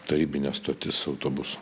tarybinė stotis autobusų